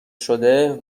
شده